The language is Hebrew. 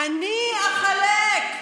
אני אחלק.